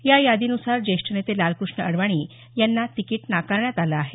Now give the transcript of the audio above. या यादीनुसार जेष्ठ नेते लालकृष्ण अडवाणी यांना तिकीट नाकरण्यात आलं आहे